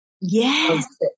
Yes